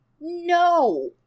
No